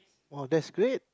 !wow! that's great